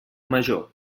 major